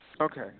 Okay